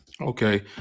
Okay